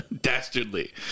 dastardly